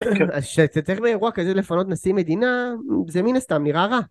אז שאתה צריך באירוע כזה לפנות נשיא מדינה זה מן הסתם נראה רע